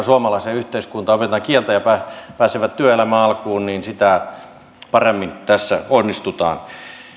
suomalaiseen yhteiskuntaan opetetaan kieltä ja pääsevät työelämän alkuun niin sitä paremmin tässä onnistutaan